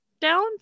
down